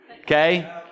okay